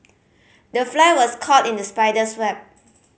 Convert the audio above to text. the fly was caught in the spider's web